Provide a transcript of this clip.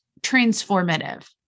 transformative